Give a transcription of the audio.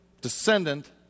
Descendant